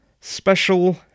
special